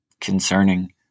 concerning